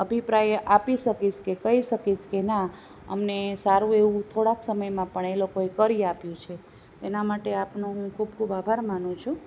અભિપ્રાય આપી શકીશ કે કઈ શકીશ કે ના અમને સારું એવું થોડાક સમયમાં પણ એ લોકો એ કરી આપ્યું છે તેના માટે આપનો હું ખૂબ ખૂબ આભાર માનું છું